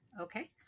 Okay